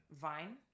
Vine